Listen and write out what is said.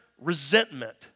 resentment